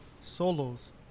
solos